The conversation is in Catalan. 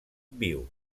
viu